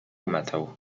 metę